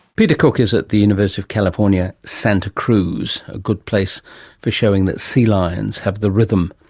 peter cook is at the university of california, santa cruz a good place for showing that sea lions have the rhythm.